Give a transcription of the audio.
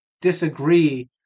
disagree